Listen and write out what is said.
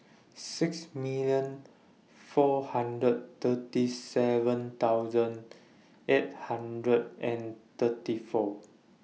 six million four hundred and thirty seven thousand eight hundred and thirty four